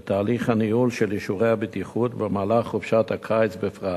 ואת תהליך הניהול של אישורי הבטיחות במהלך חופשת הקיץ בפרט.